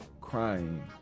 crying